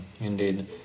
Indeed